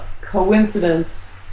coincidence